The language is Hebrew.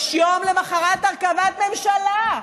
יש יום למוחרת הרכבת ממשלה,